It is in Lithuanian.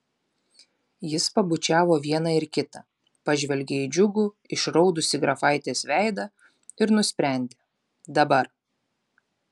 jis pabučiavo vieną ir kitą pažvelgė į džiugų išraudusį grafaitės veidą ir nusprendė dabar